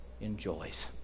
enjoys